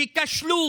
שכשלו,